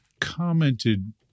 commented